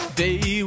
day